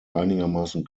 einigermaßen